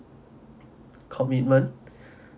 commitment